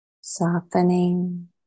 Softening